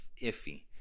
iffy